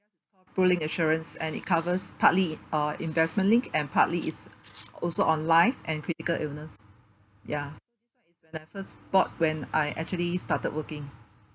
prulink insurance and it covers partly uh investment linked and partly is also on life and critical illness ya first bought when I actually started working